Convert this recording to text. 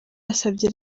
yasabye